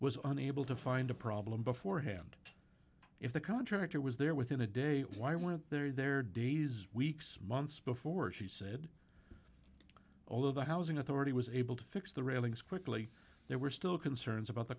was unable to find a problem beforehand if the contractor was there within a day why weren't there days weeks months before she said all of the housing authority was able to fix the railings quickly there were still concerns about the